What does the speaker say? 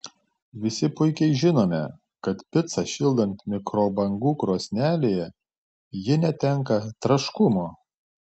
visi puikiai žinome kad picą šildant mikrobangų krosnelėje ji netenka traškumo